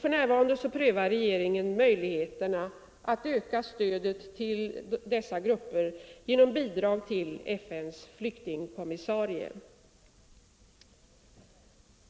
För närvarande prövar regeringen möjligheterna att öka stödet till dessa grupper genom bidrag till FN:s flyktingkommissarie.